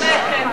כן, כן.